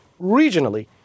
regionally